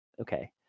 okay